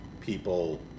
people